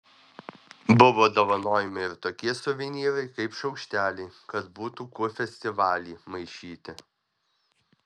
buvo dovanojami ir tokie suvenyrai kaip šaukšteliai kad būtų kuo festivalį maišyti